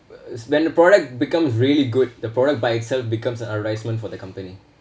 when the product becomes really good the product by itself becomes an advertisement for the company